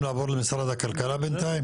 לגבי מתחם